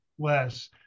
less